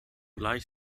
gleich